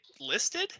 listed